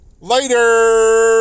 Later